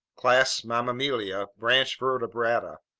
class mammalia, branch vertebrata.